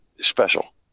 special